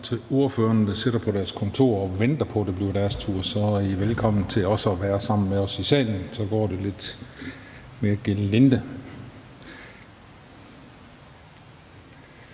til ordførerne, der sidder på deres kontor og venter på, at det bliver deres tur, vil jeg sige, at I også er velkomne til at være sammen med os i salen, for så går det lidt mere gelinde,